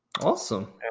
Awesome